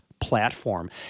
platform